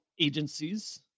agencies